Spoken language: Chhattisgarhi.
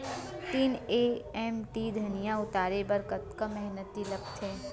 तीन एम.टी धनिया उतारे बर कतका मेहनती लागथे?